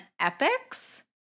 Epics